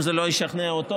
אם זה לא ישכנע אותו,